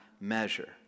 measure